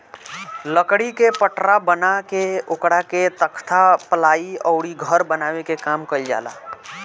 लकड़ी के पटरा बना के ओकरा से तख्ता, पालाइ अउरी घर बनावे के काम कईल जाला